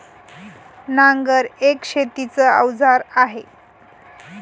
नांगर एक शेतीच अवजार आहे